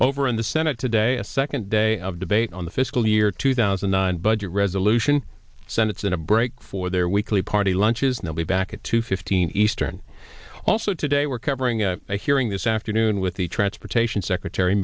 over in the senate today a second day of debate on the fiscal year two thousand and nine budget resolution senate's in a break for their weekly party lunches now back at two fifteen eastern also today we're covering at a hearing this afternoon with the transportation secretary